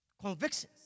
Convictions